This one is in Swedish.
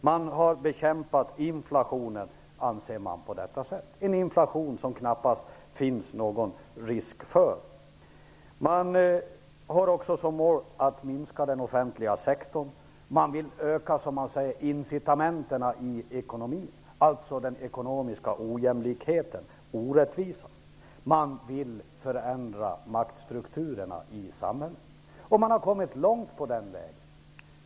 Man har på detta sätt bekämpat inflationen, anser man, en inflation som det knappast finns någon risk för. Man har också som mål att minska den offentliga sektorn. Man vill öka, som man säger, incitamenten i ekonomin, alltså den ekonomiska ojämlikheten, orättvisan. Man vill förändra maktstrukturerna i samhället, och man har kommit långt på den vägen.